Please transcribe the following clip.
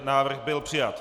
Návrh byl přijat.